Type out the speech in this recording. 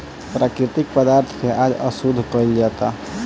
प्राकृतिक पदार्थ के आज अशुद्ध कइल जाता